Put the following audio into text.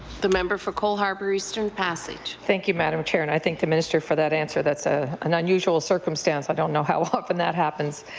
the member for cole harbour-eastern passage. thank you, madam chair. and i thank the minister for that answer. that's ah an unusual circumstance. i don't know how often that happens.